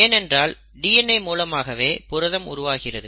ஏனென்றால் DNA மூலமாகவே புரதம் உருவாகிறது